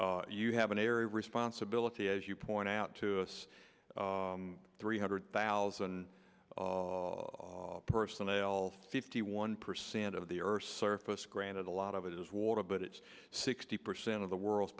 you have an area of responsibility as you point out to us three hundred thousand personnel fifty one percent of the earth's surface granted a lot of it is water but it's sixty percent of the world's